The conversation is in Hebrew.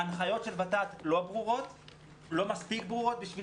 ההנחיות של ות"ת לא מספיק ברורות בשביל